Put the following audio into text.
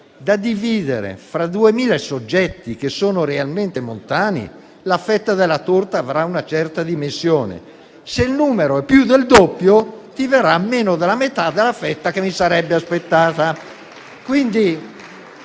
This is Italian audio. da dividere fra 2.000 soggetti che sono realmente montani, la fetta della torta avrà una certa dimensione, se invece il numero è più del doppio, verrà meno della metà della fetta che mi sarei aspettato.